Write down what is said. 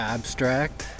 Abstract